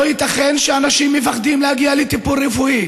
לא ייתכן שאנשים מפחדים להגיע לטיפול רפואי